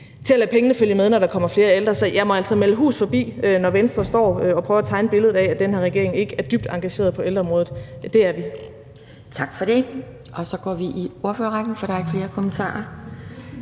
til at lade pengene følge med, når der kommer flere ældre. Så jeg må altså melde hus forbi, når Venstre står og prøver at tegne billedet af, at den her regering ikke er dybt engageret på ældreområdet. Det er vi. Kl. 11:46 Anden næstformand (Pia Kjærsgaard): Tak for det. Så går vi til ordførerrækken, for der er ikke flere kommentarer.